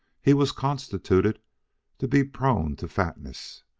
he was constituted to be prone to fatness,